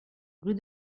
rue